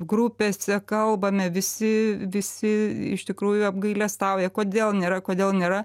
grupėse kalbame visi visi iš tikrųjų apgailestauja kodėl nėra kodėl nėra